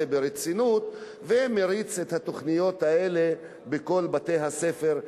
ברצינות ויריץ את התוכניות האלה בכל בתי-הספר.